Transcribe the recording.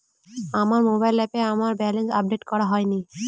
আমার মোবাইল অ্যাপে আমার ব্যালেন্স আপডেট করা হয়নি